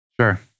Sure